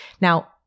Now